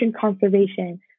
conservation